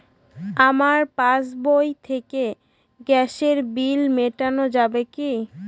আমার পাসবই থেকে গ্যাসের বিল মেটানো যাবে কি?